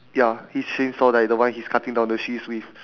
ya his chainsaw like the one he's cutting down the trees with